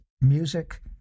music